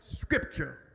Scripture